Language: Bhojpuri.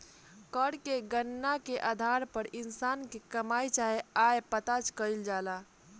कर के गणना के आधार पर इंसान के कमाई चाहे आय पता कईल जाला